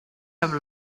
have